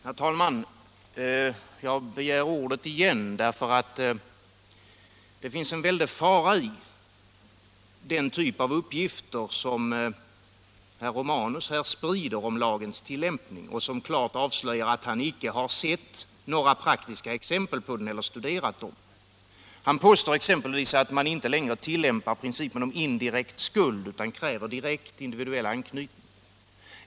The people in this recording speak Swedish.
Herr talman! Jag begärde ordet igen därför att det ligger en väldig fara i den typ av uppgifter som herr Romanus här sprider om lagens tillämpning och som klart avslöjar att han icke har sett några praktiska exempel eller studerat sådana. Herr Romanus påstår bl.a. att man inte längre tillämpar principen om indirekt skuld utan kräver direkt individuell anknytning.